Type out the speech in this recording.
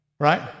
right